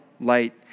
light